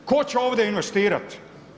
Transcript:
Tko će ovdje investirati?